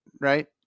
right